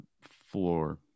floor